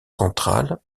centrale